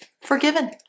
forgiven